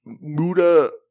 Muda